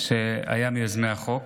שהיה מיוזמי החוק,